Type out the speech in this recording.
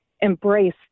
embrace